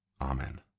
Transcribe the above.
Amen